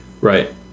Right